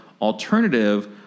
alternative